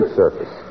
surface